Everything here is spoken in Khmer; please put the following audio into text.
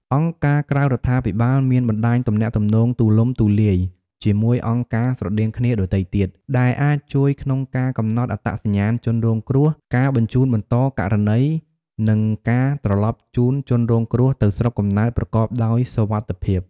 អង្គការក្រៅរដ្ឋាភិបាលមានបណ្ដាញទំនាក់ទំនងទូលំទូលាយជាមួយអង្គការស្រដៀងគ្នាដទៃទៀត ដែលអាចជួយក្នុងការកំណត់អត្តសញ្ញាណជនរងគ្រោះ ការបញ្ជូនបន្តករណី និងការត្រឡប់ជូនជនរងគ្រោះទៅស្រុកកំណើតប្រកបដោយសុវត្ថិភាព។